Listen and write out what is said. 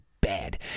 bad